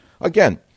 again